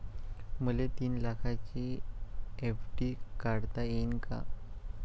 मले तीन लाखाची एफ.डी काढता येईन का?